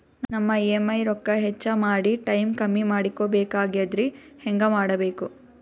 ನಮ್ಮ ಇ.ಎಂ.ಐ ರೊಕ್ಕ ಹೆಚ್ಚ ಮಾಡಿ ಟೈಮ್ ಕಮ್ಮಿ ಮಾಡಿಕೊ ಬೆಕಾಗ್ಯದ್ರಿ ಹೆಂಗ ಮಾಡಬೇಕು?